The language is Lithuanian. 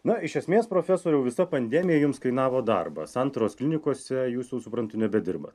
na iš esmės profesoriau visa pandemija jums kainavo darbą santaros klinikose jūs jau suprantu nebedirbat